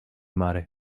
mary